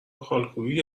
خالکوبی